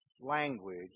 language